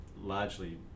largely